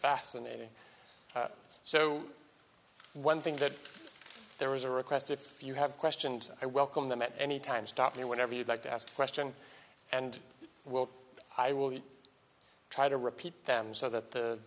fascinate me so one thing that there is a request if you have questions i welcome them at any time stopping whenever you'd like to ask a question and will i will try to repeat them so that the